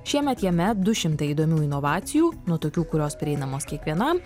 šiemet jame du šimtai įdomių inovacijų nuo tokių kurios prieinamos kiekvienam